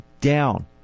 Down